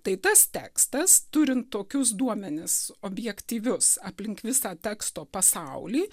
tai tas tekstas turint tokius duomenis objektyvius aplink visą teksto pasaulį